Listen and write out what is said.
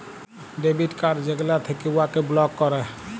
debit card যেগলা থ্যাকে উয়াকে বলক ক্যরে